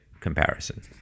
comparison